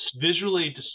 visually